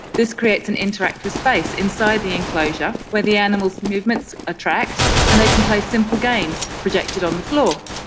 this creates an interactive space inside the enclosure where the animals' movements are ah tracked and they can play simple games projected on the floor.